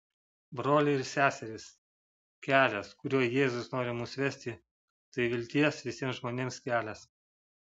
broliai ir seserys kelias kuriuo jėzus nori mus vesti tai vilties visiems žmonėms kelias